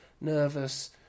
nervous